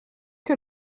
que